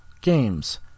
games